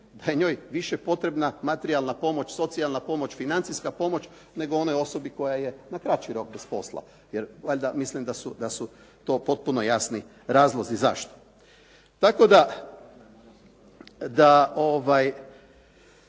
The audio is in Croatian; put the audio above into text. da je njoj više potrebna materijalna pomoć, socijalna pomoć, financijska pomoć, nego onoj osobi koja je na kraći rok bez posla jer valjda mislim da su to potpuno jasni razlozi zašto. Tako da